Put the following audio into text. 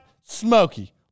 smoky